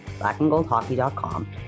blackandgoldhockey.com